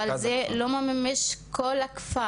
אבל זה לא ממשמש את כל הכפר.